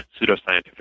pseudoscientific